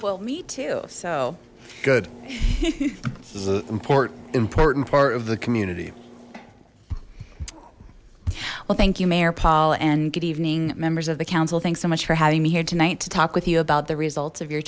well me too so good important important part of the community well thank you mayor paul and good evening members of the council thanks so much for having me here tonight to talk with you about the results of your